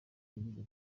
yagize